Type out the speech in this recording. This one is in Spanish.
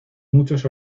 muchos